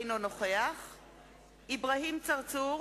אינו נוכח אברהים צרצור,